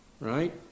right